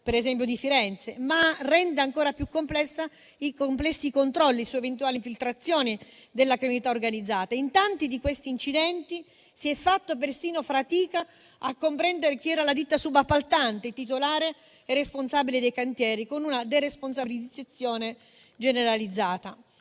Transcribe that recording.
veda il caso di Firenze), ma rende ancora più complessi i controlli su eventuali infiltrazioni della criminalità organizzata. In tanti di questi incidenti si è fatto persino fatica a comprendere chi era la ditta subappaltante titolare e responsabile dei cantieri, con una deresponsabilizzazione generalizzata.